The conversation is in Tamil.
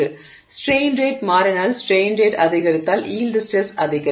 எனவே ஸ்ட்ரெய்ன் ரேட் மாறினால் ஸ்ட்ரெய்ன் ரேட் அதிகரித்தால் யீல்டு ஸ்ட்ரெஸ் அதிகரிக்கும்